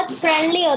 friendly